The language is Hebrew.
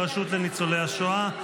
הרשות לניצולי השואה,